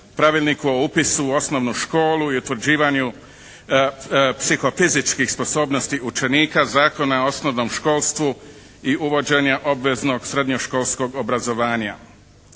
Pravilnik o upisu u osnovnu školu i utvrđivanju psihofizičkih sposobnosti učenika, Zakona o osnovnom školstvu i uvođenje obveznog srednjoškolskog obrazovanja.